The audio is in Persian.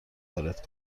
وارد